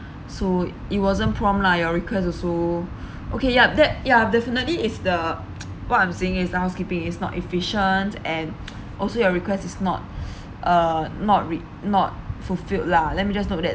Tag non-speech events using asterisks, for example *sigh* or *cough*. *breath* so it wasn't prompt lah your request also *breath* okay yup that ya definitely is the *noise* what I'm saying is the housekeeping is not efficient and also your request is not *breath* uh not re~ not fulfilled lah let me just note that